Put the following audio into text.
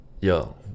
Yo